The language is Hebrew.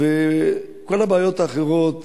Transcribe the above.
וכל הבעיות האחרות